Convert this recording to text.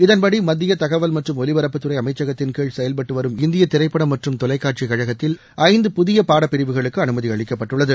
இதன்படி மத்திய தகவல் மற்றும் ஒலிபரப்புத்துறை அமைச்சகத்தின் கீழ் செயல்பட்டு வரும் இந்திய திரைப்பட மற்றும் தொலைக்காட்சி கழகத்தில் ஐந்து புதிய பாடப் பிரிவுகளுக்கு அனுமதி அளிக்கப்பட்டுள்ளது